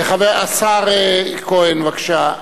השר כהן, בבקשה.